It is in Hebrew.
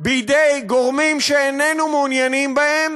בידי גורמים שאיננו מעוניינים בהם,